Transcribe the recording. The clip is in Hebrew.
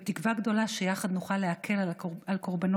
בתקווה גדולה שיחד נוכל להקל על קורבנות